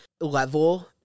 level